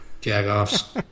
Jag-offs